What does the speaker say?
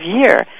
year